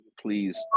please